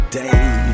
day